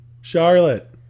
Charlotte